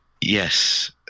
Yes